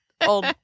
old